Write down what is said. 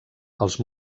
els